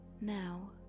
Now